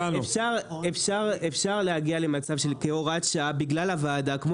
אפשר להגיע למצב שכהוראת שעה שבגלל הוועדה כמו